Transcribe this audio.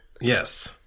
Yes